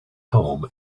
home